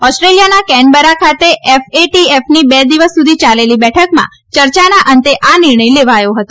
ઓસ્ટ્રેલિયાના કેનબરા ખાતે એફએટીએફની બે દિવસ સુધી ચાલેલી બેઠકમાં ચર્ચાના અંતે આ નિર્ણય લેવાયો હતો